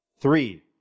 three